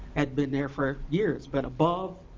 had been there for years, but above.